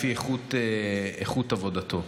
אני חושב שבסוף כל שר נמדד לפי איכות עבודתו.